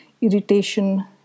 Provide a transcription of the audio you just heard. irritation